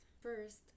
First